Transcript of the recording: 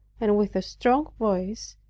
and with a strong voice,